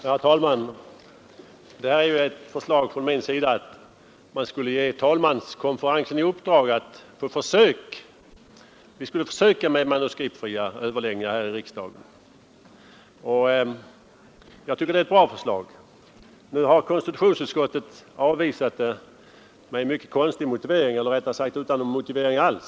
Herr talman! Det här är ett förslag från mig om att talmanskonferensen skulle få i uppdrag att göra försök med manuskriptfria överläggningar här i riksdagen. Jag tycker att det är ett bra förslag. Konstitutionsutskottet har avvisat det med en mycket konstig motivering — eller rättare sagt utan någon motivering alls.